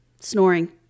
snoring